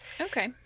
okay